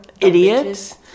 Idiots